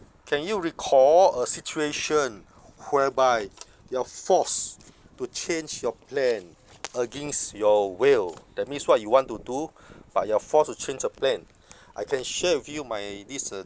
can you recall a situation whereby you're forced to change your plan against your will that means what you want to do but you're forced to change your plan I can share with you my this uh